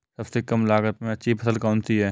सबसे कम लागत में अच्छी फसल कौन सी है?